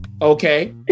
Okay